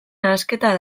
nahasketa